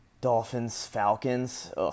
Dolphins-Falcons